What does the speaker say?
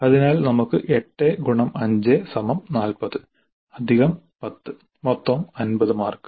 അതിനാൽ നമുക്ക് 8x5 40 അധികം 10 മൊത്തം 50 മാർക്ക്